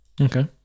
Okay